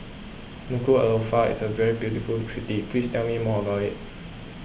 Nuku'alofa is a very beautiful city please tell me more about it